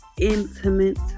intimate